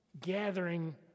gathering